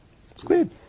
Squid